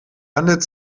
handelt